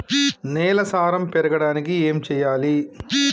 నేల సారం పెరగడానికి ఏం చేయాలి?